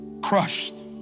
crushed